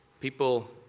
People